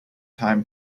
time